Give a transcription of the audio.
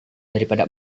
daripada